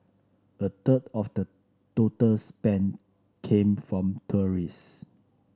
a third of the total spend came from tourists